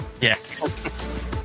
Yes